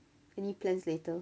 any plans later